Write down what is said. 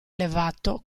elevato